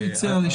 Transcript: הלשכה הציעה.